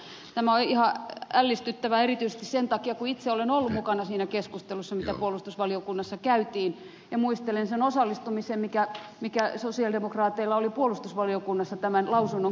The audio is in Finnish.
tämä oli ihan ällistyvää erityisesti sen takia kun itse olen ollut mukana siinä keskustelussa mitä puolustusvaliokunnassa käytiin ja muistelen sen osallistumisen mikä sosialidemokraateilla oli puolustusvaliokunnassa tämän lausunnon kirjoittamiseen